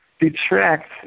detract